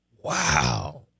Wow